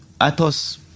Atos